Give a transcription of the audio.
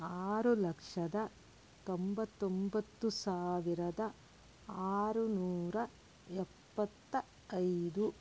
ಆರು ಲಕ್ಷದ ತೊಂಬತ್ತೊಂಬತ್ತು ಸಾವಿರದ ಆರುನೂರ ಎಪ್ಪತ್ತ ಐದು